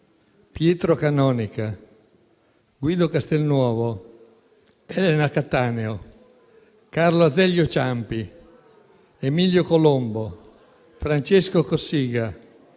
Pietro Canonica, Guido Castelnuovo, Elena Cattaneo, Carlo Azeglio Ciampi, Emilio Colombo, Francesco Cossiga.